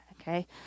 okay